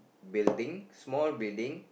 building small building